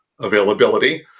availability